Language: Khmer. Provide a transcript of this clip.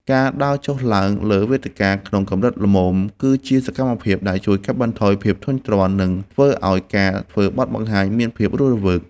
ការដើរចុះឡើងនៅលើវេទិកាក្នុងកម្រិតល្មម គឺជាសកម្មភាពដែលជួយកាត់បន្ថយភាពធុញទ្រាន់ និងធ្វើឱ្យការធ្វើបទបង្ហាញមានភាពរស់រវើក។